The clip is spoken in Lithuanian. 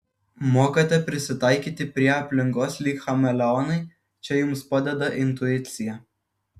mokate prisitaikyti prie aplinkos lyg chameleonai čia jums padeda intuicija